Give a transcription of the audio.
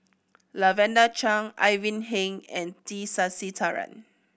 Lavender Chang Ivan Heng and T Sasitharan